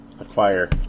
acquire